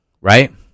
right